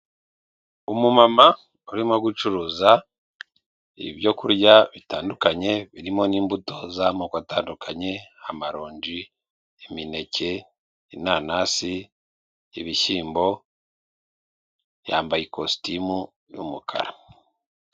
Umu mama urimo gucuruza ibyo kurya bitandukanye, birimo n'imbuto z'amoko atandukanye, amarongi, imineke, inanasi, ibishyimbo, yambaye ikositimu y'umukara.